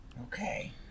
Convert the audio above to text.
okay